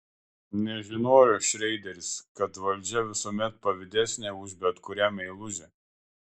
nežinojo šreideris kad valdžia visuomet pavydesnė už bet kurią meilužę